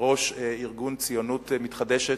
יושב-ראש ארגון "ציונות מתחדשת",